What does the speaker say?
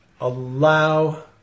allow